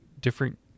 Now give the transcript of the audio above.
different